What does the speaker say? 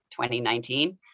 2019